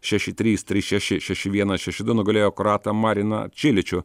šeši trys trys šeši šeši vienas šeši du nugalėjo kroatą mariną čiličių